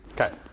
Okay